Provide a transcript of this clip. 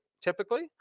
typically